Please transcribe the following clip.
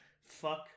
fuck